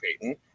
Payton